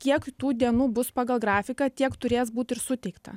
kiek tų dienų bus pagal grafiką tiek turės būt ir suteikta